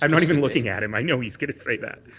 i'm not even looking at him. i know he's going to say that.